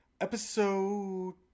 episode